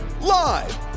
Live